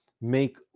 make